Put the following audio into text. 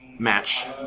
match